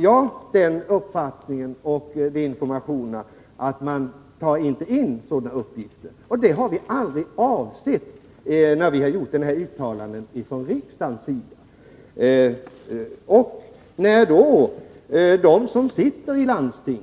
Jag har fått de informationerna att man inte tar in sådana uppgifter, och det har vi aldrig avsett när vi gjort detta uttalande från riksdagens sida. När de som sitter i landstingen